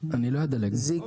הוא אמר